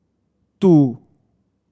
two